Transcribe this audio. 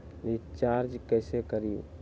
Recharge कैसे करीब?